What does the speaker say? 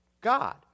God